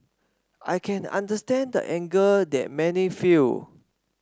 I can understand the anger that many feel